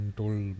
told